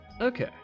Okay